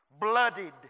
bloodied